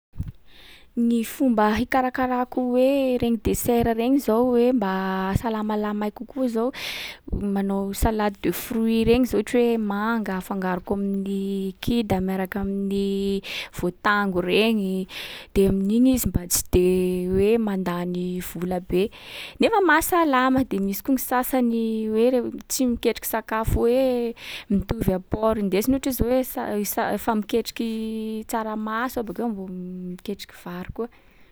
Gny fomba hikarakarako hoe regny desera regny zao hoe mba hahasalamalama ahy kokoa zao, manao salade de fruits regny zao ohatry hoe manga afangaroko amin’ny kida miaraka amin’ny voatango regny. De amin’iny izy mba tsy de hoe mandany vola be, nefa mahasalama. De misy koa gny sasany hoe re- tsy miketriky sakafo hoe mitovy apport ndesiny ohatra hoe zao hoe sa- i- sa- fa miketriky tsaramaso abakeo mbô miketriky vary koa.